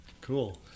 Cool